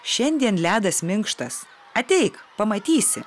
šiandien ledas minkštas ateik pamatysi